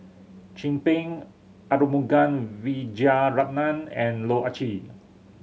Chin Peng Arumugam Vijiaratnam and Loh Ah Chee